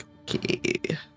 Okay